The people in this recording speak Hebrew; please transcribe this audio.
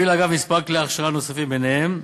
האגף מפעיל מספר כלי הכשרה נוספים, ביניהם: